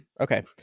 Okay